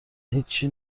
هیچی